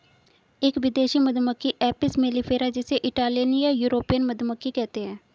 एक विदेशी मधुमक्खी एपिस मेलिफेरा जिसे इटालियन या यूरोपियन मधुमक्खी कहते है